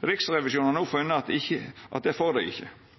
Riksrevisjonen har no funne at dei ikkje får det. Informasjonen om ventetida som pasientane finn på nett, gjev ikkje